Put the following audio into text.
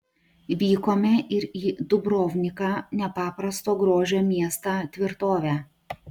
vykome ir į dubrovniką nepaprasto grožio miestą tvirtovę